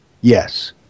Yes